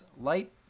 light